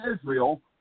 Israel